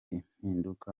impinduka